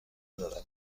دارم